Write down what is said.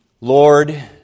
Lord